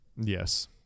yes